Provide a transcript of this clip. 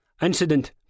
Incident